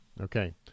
okay